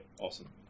awesome